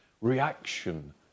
reaction